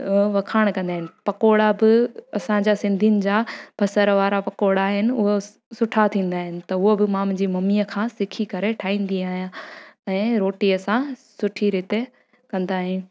वखाण कंदा आहिनि पकौड़ा बि असांजा सिंधीनि जा बसरि वारा पकोड़ा आहिनि उहे सुठा थींदा आहिनि त उहो बि मां मुंहिंजी मम्मीअ खां सिखी करे ठाहींदी आहियां ऐं रोटी असां सुठी रीति कंदा आहियूं